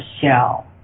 shell